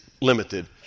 limited